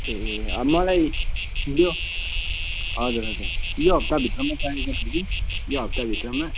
ए मलाई यो हजुर हजुर यो हप्ताभित्रमा चाहिएको थियो कि यो हप्ताभित्रमा